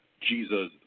Jesus